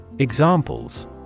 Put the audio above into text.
Examples